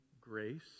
grace